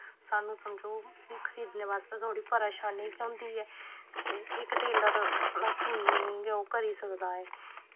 सानूं समझो खऱीदने बास्तै ते ओह्दी परेशानी होई जंदी ऐ ते इक टेलर भला किन्नी गै ओह् करी सकदा ऐ